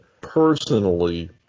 personally